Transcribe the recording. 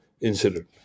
incident